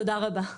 תודה רבה.